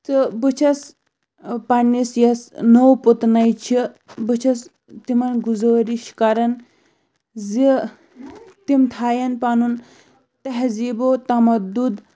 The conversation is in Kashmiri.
تہٕ بہٕ چھَس پنٛنِس یۄس نٔو پُتنَے چھِ بہٕ چھَس تِمَن گُزٲرِش کَران زِ تِم تھایَن پَنُن تہزیٖبو تَمَدُد